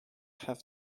have